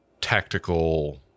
tactical